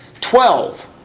Twelve